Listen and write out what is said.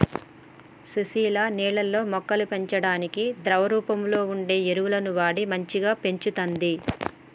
సుశీల నీళ్లల్లో మొక్కల పెంపకానికి ద్రవ రూపంలో వుండే ఎరువులు వాడి మంచిగ పెంచుతంది